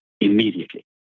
immediately